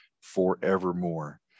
forevermore